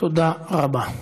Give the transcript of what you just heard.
תודה רבה.